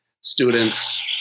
students